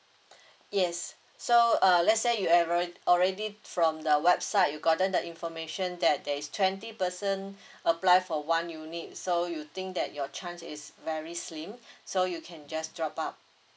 yes so uh let's say you already already from the website you gotten the information that there is twenty person apply for one unit so you think that your chance is very slim so you can just drop out